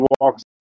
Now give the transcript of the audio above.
walks